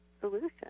solution